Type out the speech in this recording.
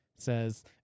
says